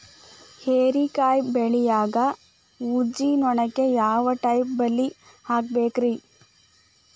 ಹೇರಿಕಾಯಿ ಬೆಳಿಯಾಗ ಊಜಿ ನೋಣಕ್ಕ ಯಾವ ಟೈಪ್ ಬಲಿ ಹಾಕಬೇಕ್ರಿ?